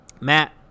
Matt